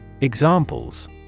Examples